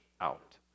out